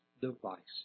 devices